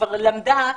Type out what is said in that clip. שכבר למדה,